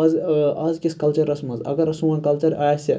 آز آز کِس کَلچرَس مَنٛز اَگَر سون کَلچَر آسہِ